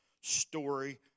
story